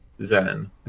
Zen